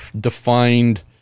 defined